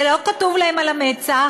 זה לא כתוב להם על המצח,